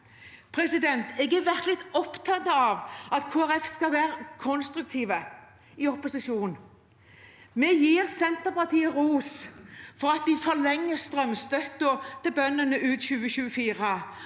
innretninger. Jeg er virkelig opptatt av at Kristelig Folkeparti skal være konstruktiv i opposisjon. Vi gir Senterpartiet ros for at de forlenger strømstøtten til bøndene ut 2024.